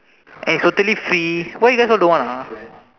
and it's totally free why you guys all don't want ah